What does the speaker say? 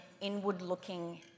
inward-looking